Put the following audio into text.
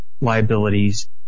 liabilities